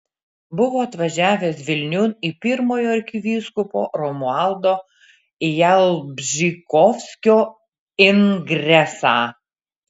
buvo atvažiavęs vilniun į pirmojo arkivyskupo romualdo jalbžykovskio ingresą